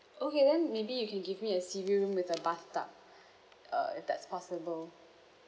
okay then maybe you can give me a sea view room with a bathtub uh if that's possible